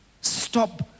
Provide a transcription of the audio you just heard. Stop